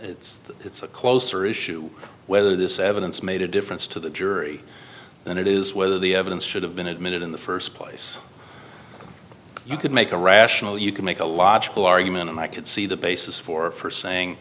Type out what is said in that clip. me it's a closer issue whether this evidence made a difference to the jury than it is whether the evidence should have been admitted in the first place you could make a rational you could make a logical argument and i could see the basis for her saying